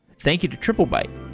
thank you to triplebyte